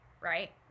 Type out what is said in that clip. right